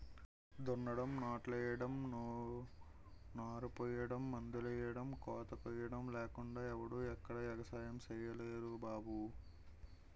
దున్నడం, నాట్లెయ్యడం, నారుపొయ్యడం, మందులెయ్యడం, కోతకొయ్యడం లేకుండా ఎవడూ ఎక్కడా ఎగసాయం సెయ్యలేరు బాబూ